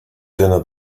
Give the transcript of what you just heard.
dinner